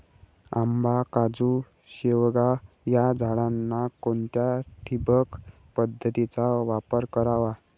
आंबा, काजू, शेवगा या झाडांना कोणत्या ठिबक पद्धतीचा वापर करावा?